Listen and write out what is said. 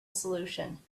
solution